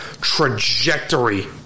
trajectory